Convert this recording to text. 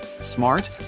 Smart